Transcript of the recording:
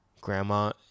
grandma